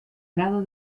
grado